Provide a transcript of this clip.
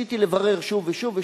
ניסיתי לברר שוב ושוב,